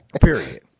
Period